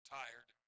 tired